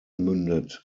mündet